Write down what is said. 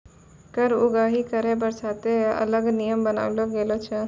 कर उगाही करै बासतें अलग नियम बनालो गेलौ छै